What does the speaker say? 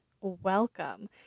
welcome